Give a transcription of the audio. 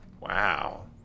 Wow